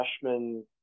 freshman